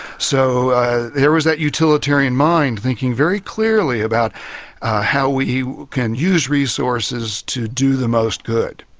so there is that utilitarian mind thinking very clearly about how we can use resources to do the most good.